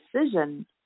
decision